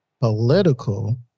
political